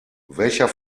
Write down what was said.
welcher